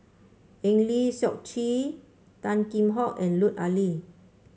Eng Lee Seok Chee Tan Kheam Hock and Lut Ali